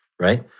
right